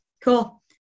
Cool